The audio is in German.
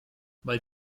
weil